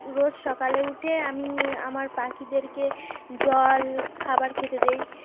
রোজ সকালে উঠে আমি আমার পাখিদেরকে জল খাবার খেতে দিই